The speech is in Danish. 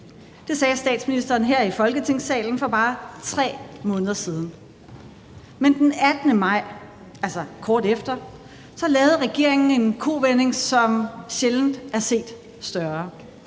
Det sagde statsministeren her i Folketingssalen for bare 3 måneder siden. Men den 18. maj, altså kort efter, lavede regeringen en kovending, som sjældent er set større.